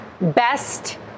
Best